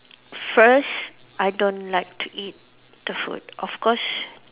first I don't like to eat the food of course